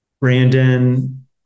Brandon